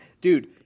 dude